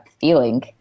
feeling